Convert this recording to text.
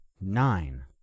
Nine